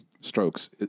strokes